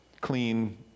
clean